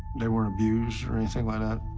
they weren't abused or anything like that.